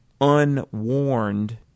unwarned